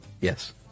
Yes